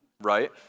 right